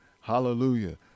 hallelujah